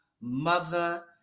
Mother